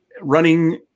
running